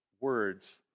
words